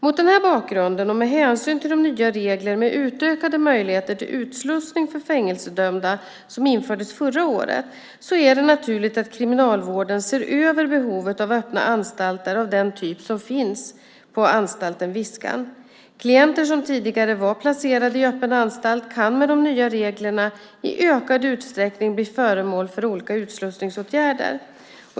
Mot den bakgrunden, och med hänsyn till de nya regler med utökade möjligheter till utslussning för fängelsedömda som infördes förra året, är det naturligt att Kriminalvården ser över behovet av öppna anstaltsplatser av den typ som finns på anstalten Viskan. Klienter som tidigare var placerade i öppen anstalt kan med de nya reglerna i ökad utsträckning bli föremål för olika utslussningsåtgärder.